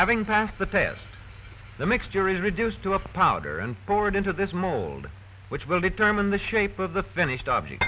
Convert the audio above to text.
having passed the test the mixture is reduced to a powder and poured into this mold which will determine the shape of the finished object